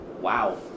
Wow